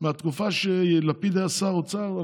מהתקופה שלפיד היה שר אוצר.